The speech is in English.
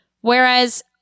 Whereas